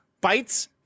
bites